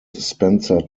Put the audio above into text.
spencer